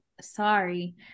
Sorry